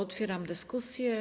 Otwieram dyskusję.